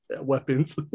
Weapons